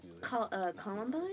Columbine